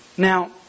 Now